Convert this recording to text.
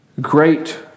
great